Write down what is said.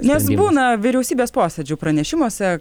nes būna vyriausybės posėdžių pranešimuose